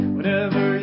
Whenever